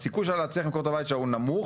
הסיכוי שלה להצליח למכור את הבית שלה הוא נמוך.